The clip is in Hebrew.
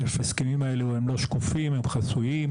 ההסכמים האלה הם לא שקופים, הם חסויים.